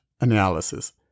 analysis